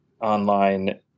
online